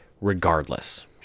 regardless